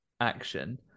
action